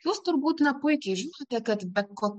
jūs turbūt na puikiai žinote kad bet ko